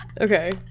Okay